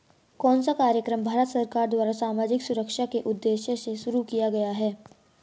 कौन सा कार्यक्रम भारत सरकार द्वारा सामाजिक सुरक्षा के उद्देश्य से शुरू किया गया है?